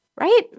right